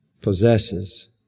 possesses